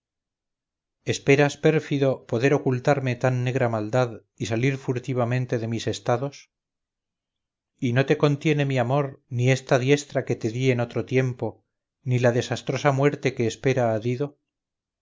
términos esperabas pérfido poder ocultarme tan negra maldad y salir furtivamente de mis estados y no te contiene mi amor ni esta diestra que te di en otro tiempo ni la desastrosa muerte que espera a dido